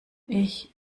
ich